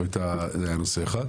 זה היה נושא אחד.